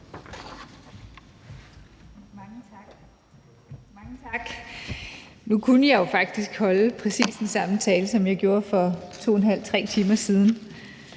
Mogensen): Nu kunne jeg jo faktisk holde præcis den samme tale, som jeg holdt for 2½-3 timer siden,